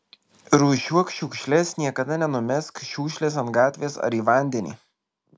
rūšiuok šiukšles niekada nenumesk šiukšlės ant gatvės ar į vandenį